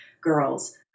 girls